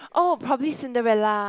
oh probably Cinderella